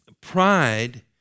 pride